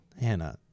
hannah